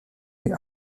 les